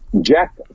Jack